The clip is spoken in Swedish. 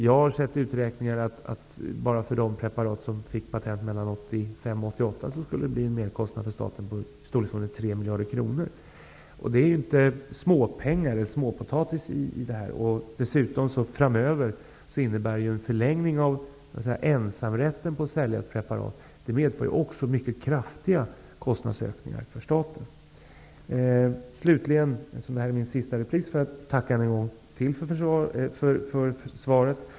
Jag har sett beräkningar som visar att det skulle bli en merkostnad för staten i storleksordningen 3 miljarder kronor bara för de preparat som fick patent mellan 1985 och 1988. Det är inte småpotatis. Det innebär dessutom en förlängning av ensamrätten att sälja ett preparat. Det medför ju också mycket kraftiga kostnadsökningar för staten. Slutligen vill jag, eftersom det här är min sista replik, tacka än en gång för svaret.